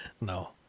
no